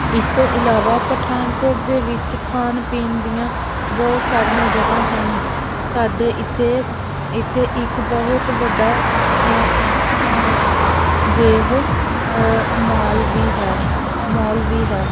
ਇਸ ਤੋਂ ਇਲਾਵਾ ਪਠਾਨਕੋਟ ਦੇ ਵਿੱਚ ਖਾਣ ਪੀਣ ਦੀਆਂ ਬਹੁਤ ਸਾਰੀਆਂ ਜਗ੍ਹਾ ਹਨ ਸਾਡੇ ਇੱਥੇ ਇੱਥੇ ਇੱਕ ਬਹੁਤ ਵੱਡਾ ਵੇਵ ਮਾਲ ਵੀ ਹੈ ਮੋਲ ਵੀ ਹੈ